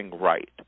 right